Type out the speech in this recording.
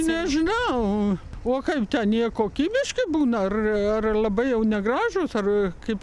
nežinau o kaip ten jie kokybiški būna ar ar labai jau negražūs ar kaip